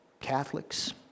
Catholics